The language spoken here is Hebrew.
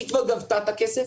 היא כבר גבתה את הכסף,